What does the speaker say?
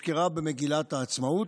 יכולת להחליף עם מישהו.